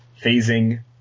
phasing